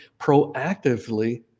proactively